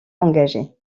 engagée